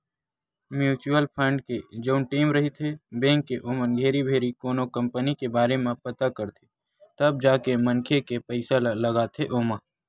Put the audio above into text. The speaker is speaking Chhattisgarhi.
म्युचुअल फंड के जउन टीम रहिथे बेंक के ओमन घेरी भेरी कोनो कंपनी के बारे म पता करथे तब जाके मनखे के पइसा ल लगाथे ओमा